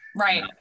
Right